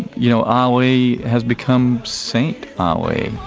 you know ali has become saint ali.